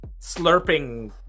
slurping